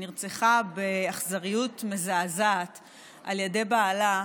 שנרצחה באכזריות מזעזעת על ידי בעלה,